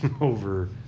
over